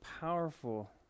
powerful